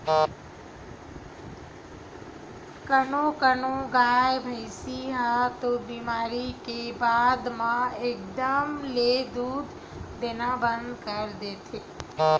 कोनो कोनो गाय, भइसी ह तो बेमारी के बाद म एकदम ले दूद देना बंद कर देथे